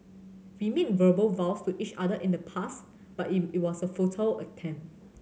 we made verbal vows to each other in the past but it was a futile attempt